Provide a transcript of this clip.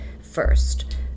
first